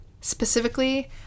specifically